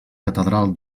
catedral